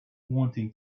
wanting